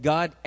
God